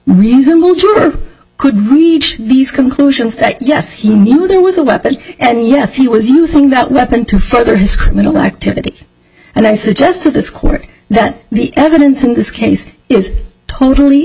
reasonable juror could reach these conclusions that yes he knew there was a weapon and yes he was using that weapon to further his criminal activity and i suggest to this court that the evidence in this case is totally